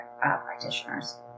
practitioners